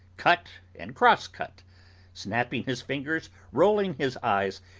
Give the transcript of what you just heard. cut and cross-cut snapping his fingers, rolling his eyes,